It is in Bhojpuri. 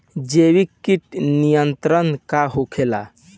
जैविक कीट नियंत्रण का होखेला?